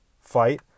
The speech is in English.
fight